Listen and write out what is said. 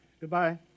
Goodbye